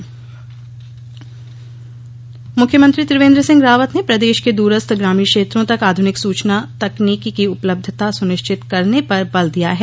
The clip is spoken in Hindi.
समीक्षा मुख्यमंत्री त्रिवेन्द्र सिंह रावत ने प्रदेश के दूरस्थ ग्रामीण क्षेत्रों तक आध्निक सूचना तकनीकि की उपलब्धता सुनिश्चित करने पर बल दिया है